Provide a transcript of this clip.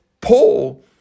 Paul